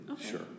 sure